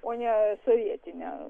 o ne sovietinę